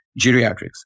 geriatrics